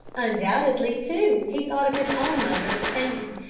undoubtedly, too, he thought of his own mother, fan,